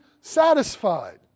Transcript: satisfied